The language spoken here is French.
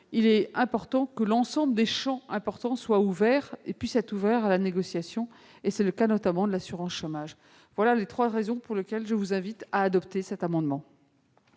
il importe que l'ensemble des champs importants soient ouverts et puissent être ouverts à la négociation. C'est le cas notamment de l'assurance chômage. Voilà les trois raisons pour lesquelles je vous invite à adopter cet amendement.